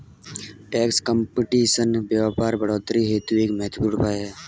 tax competition व्यापार बढ़ोतरी हेतु एक महत्वपूर्ण उपाय है